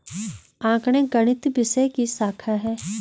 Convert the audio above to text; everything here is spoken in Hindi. आंकड़े गणित विषय की शाखा हैं